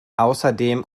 außerdem